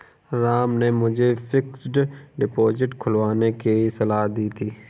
राम ने मुझे fixed deposit खुलवाने की सलाह दी थी